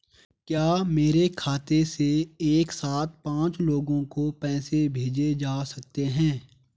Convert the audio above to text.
क्या मेरे खाते से एक साथ पांच लोगों को पैसे भेजे जा सकते हैं?